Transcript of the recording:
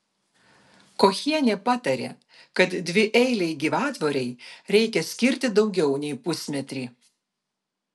kochienė patarė kad dvieilei gyvatvorei reikia skirti daugiau nei pusmetrį